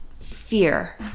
fear